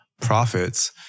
profits